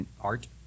art